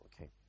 okay